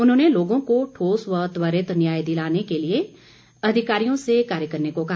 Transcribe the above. उन्होंने लोगों को ठोस व त्वरित न्याय दिलवाने के लिए अधिकारियों से कार्य करने को कहा